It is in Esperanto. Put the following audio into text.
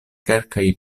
kelkaj